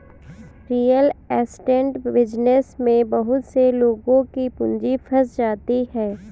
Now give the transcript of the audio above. real estate business में बहुत से लोगों की पूंजी फंस जाती है